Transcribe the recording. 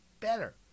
better